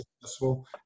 successful